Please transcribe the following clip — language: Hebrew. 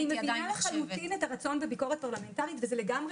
אני מבינה לחלוטין את הרצון בביקורת פרלמנטרית וזה לגמרי